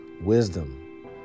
Wisdom